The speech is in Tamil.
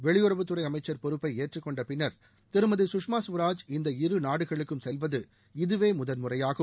வெளியுறவுத்துறை அமைச்சர் பொறுப்பை ஏற்றுக்கொண்ட பின்னர் திருமதி கஷ்ண ஸ்வராஜ் இந்த இரு நாடுகளுக்கும் செல்வது இதவே முதல் முறையாகும்